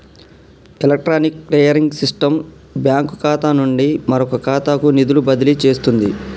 electronic clearing system bank ఖాతా నుండి మరొక ఖాతాకు నిధులు బదిలీ చేస్తుంది